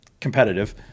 competitive